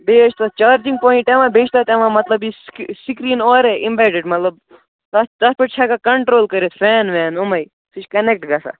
بیٚیہِ حظ چھِ تَتھ چارجِنٛگ پوایِنٛٹ یِوان بیٚیہِ چھِ تَتھ یِوان مطلب یہِ سِک سِکریٖن اورَے اِمبیڈِڈ مطلب تَتھ تَتھ پٮ۪ٹھ چھِ ہٮ۪کان کَنٹرول کٔرِتھ فین وین یِمَے سُہ چھِ کَنیکٹہٕ گژھان